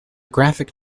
graphic